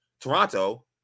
Toronto